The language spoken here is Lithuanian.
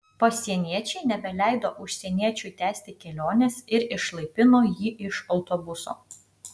pasieniečiai nebeleido užsieniečiui tęsti kelionės ir išlaipino jį iš autobuso